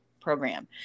program